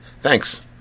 Thanks